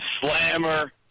slammer